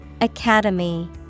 Academy